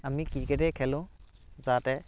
আমি ক্ৰিকেটেই খেলোঁ যাতে